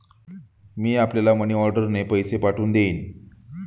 मी आपल्याला मनीऑर्डरने पैसे पाठवून देईन